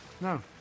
no